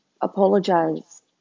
apologize